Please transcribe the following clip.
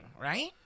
right